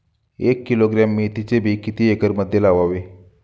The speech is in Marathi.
एक किलोग्रॅम मेथीचे बी किती एकरमध्ये लावावे?